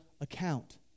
account